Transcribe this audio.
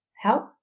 help